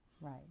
Right